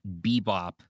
Bebop